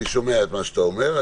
אני שומע את מה שאתה אומר,